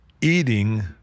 eating